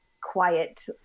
quiet